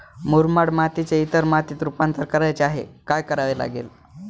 मुरमाड मातीचे इतर मातीत रुपांतर करायचे आहे, काय करावे लागेल?